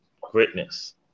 greatness